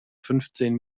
fünfzehn